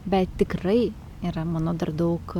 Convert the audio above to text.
bet tikrai yra mano dar daug